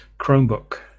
Chromebook